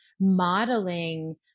modeling